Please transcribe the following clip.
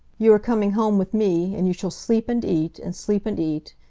you are coming home with me, and you shall sleep and eat, and sleep and eat,